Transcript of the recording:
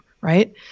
right